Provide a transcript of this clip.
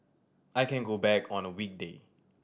I can go back on a weekday